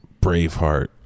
Braveheart